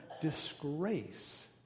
disgrace